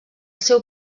seu